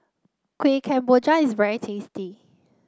Kuih Kemboja is very tasty